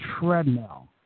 treadmill